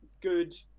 good